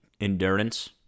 endurance